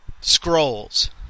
scrolls